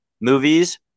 movies